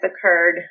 occurred